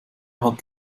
hat